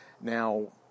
Now